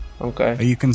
Okay